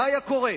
מה היה קורה?